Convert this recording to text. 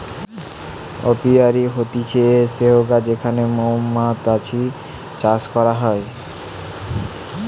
apiary হতিছে সেহগা যেখানে মৌমাতছি চাষ করা হয়